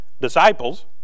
disciples